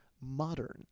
modern